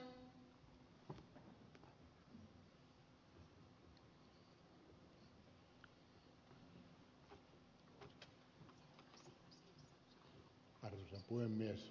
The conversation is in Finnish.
arvoisa puhemies